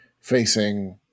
facing